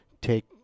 take